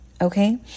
Okay